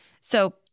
So-